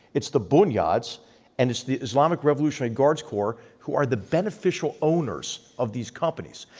it's the bonyads and it's the islamic revolutionary guard's corps who are the beneficial owners of these companies.